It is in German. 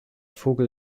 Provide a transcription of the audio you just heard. vogel